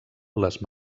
les